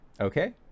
Okay